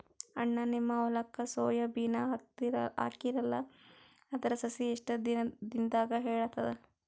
ಅಣ್ಣಾ, ನಿಮ್ಮ ಹೊಲಕ್ಕ ಸೋಯ ಬೀನ ಹಾಕೀರಲಾ, ಅದರ ಸಸಿ ಎಷ್ಟ ದಿಂದಾಗ ಏಳತದ?